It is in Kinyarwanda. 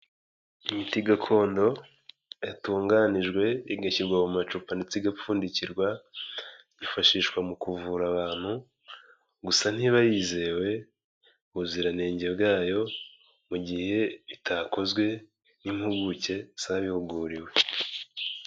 Imiti gakondo yatunganijwe igashyirwa mu macupa ndetse igapfundikirwa, yifashishwa mu kuvura abantu, gusa ntiba yizewe ubuziranenge bwayo, mu gihe bitakozwe n'impuguke zabihuguriwe.